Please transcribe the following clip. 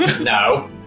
no